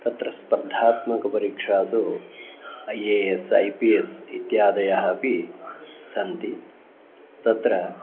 तत्र स्पर्धात्मकपरीक्षासु I A S I P S इत्यादयः अपि सन्ति तत्र